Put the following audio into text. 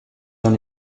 dans